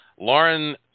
Lauren